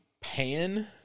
pan